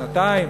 שנתיים.